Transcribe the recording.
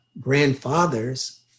grandfather's